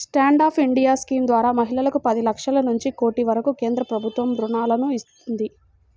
stand up India scheme ద్వారా మహిళలకు పది లక్షల నుంచి కోటి వరకు కేంద్ర ప్రభుత్వం రుణాలను ఇస్తున్నది